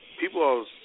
people